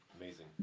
Amazing